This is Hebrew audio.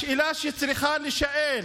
השאלה שצריכה להישאל,